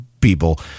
people